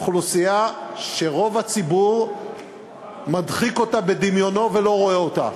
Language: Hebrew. אוכלוסייה שרוב הציבור מדחיק אותה בדמיונו ולא רואה אותה.